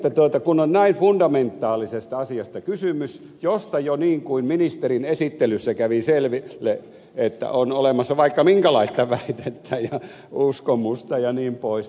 kun on näin fundamentaalisesta asiasta kysymys josta on jo niin kuin ministerin esittelystä kävi selville olemassa vaikka minkälaista väitettä ja uskomusta jnp